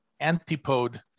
antipode